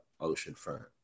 oceanfront